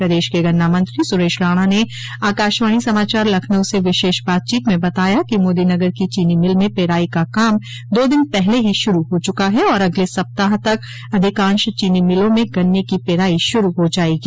प्रदेश के गन्ना मंत्री सुरेश राणा ने आकाशवाणी समाचार लखनऊ से विशेष बातचीत में बताया कि मोदीनगर की चीनी मिल में पेराई का काम दो दिन पहले ही शुरू हो चुका है और अगले सप्ताह तक अधिकांश चीनी मिलों में गन्ने की पेराई शुरू हो जायेगी